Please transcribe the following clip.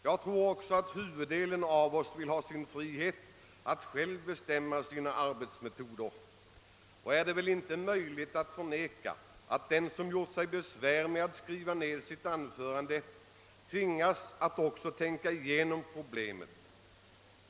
Jag tror också att de flesta av oss vill ha sin frihet att själva bestämma sina arbetsmetoder, och är det väl inte möjligt att förneka att den som gjort sig besvär med att skriva ned sitt anförande tvingats att också tänka igenom problemet.